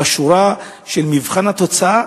בשורה של מבחן התוצאה,